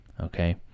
Okay